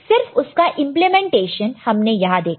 सिर्फ उसका इंप्लीमेंटेशन हमने यह देखा है